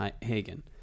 Hagen